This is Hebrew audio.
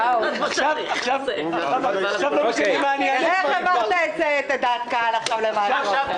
כאשר אחר-כך יש דיון בתוך הנהלת האוצר.